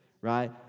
right